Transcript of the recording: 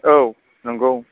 औ नोंगौ